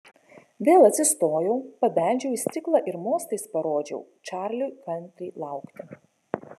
vėl atsistojau pabeldžiau į stiklą ir mostais parodžiau čarliui kantriai laukti